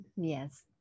Yes